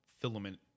filament